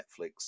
Netflix